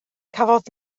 cafodd